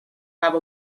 have